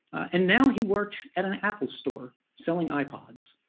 and now he works at an apple store selling ipods